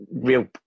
real